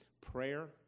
prayer